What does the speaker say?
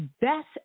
best